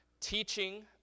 teaching